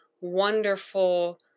wonderful